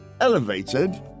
elevated